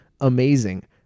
amazing